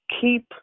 keep